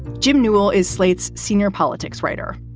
jim newell is slate's senior politics writer.